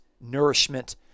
nourishment